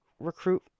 recruit